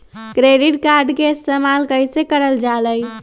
Credit card के इस्तेमाल कईसे करल जा लई?